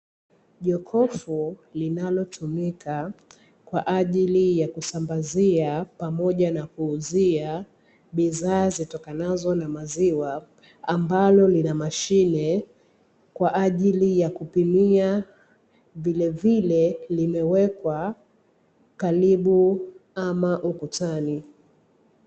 Jokofu linalotumika kwa ajili ya kusambazia pamoja na kuuuzia bidhaa zitokanazo na maziwa, ambalo lina mashine kwa ajili ya kupimia vile vile limewekwa karibu ama ukutani.